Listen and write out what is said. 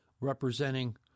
representing